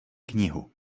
knihu